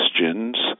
questions